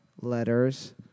letters